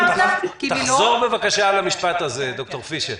תחזור בבקשה על המשפט האחרון.